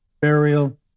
burial